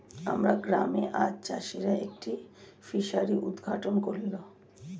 আমার গ্রামে আজ চাষিরা একটি ফিসারি উদ্ঘাটন করল